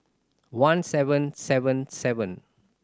one seven seven seven